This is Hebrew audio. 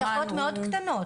יש לשכות מאוד קטנות,